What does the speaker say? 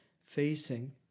facing